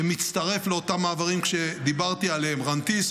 שמצטרף לאותם מעברים שדיברתי עליהם: רנתיס,